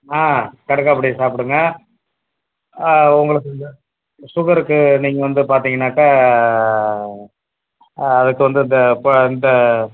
ஆ கடுக்காப் பொடியை சாப்பிடுங்க ஆ உங்களுக்கு இந்த சுகருக்கு நீங்கள் வந்து பார்த்தீங்கன்னாக்க அதுக்கு வந்து இந்த ப இந்த